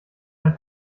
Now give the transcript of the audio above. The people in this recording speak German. ein